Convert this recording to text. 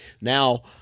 Now